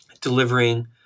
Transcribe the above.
delivering